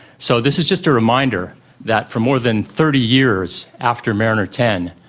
so this is just a reminder that for more than thirty years after mariner ten,